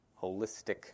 holistic